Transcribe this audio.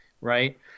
Right